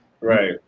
right